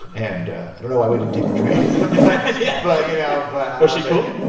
and i don't know why we didn't take the train yeah but you know, but. was she cool?